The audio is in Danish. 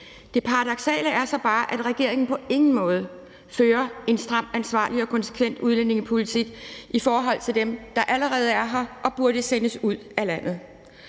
Det paradoksale er så bare, at regeringen på ingen måde fører en stram, ansvarlig og konsekvent udlændingepolitik i forhold til dem, der allerede er her og burde sendes ud af landet.